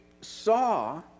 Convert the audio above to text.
saw